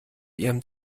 ihrem